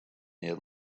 their